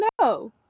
no